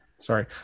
Sorry